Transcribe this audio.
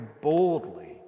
boldly